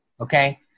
Okay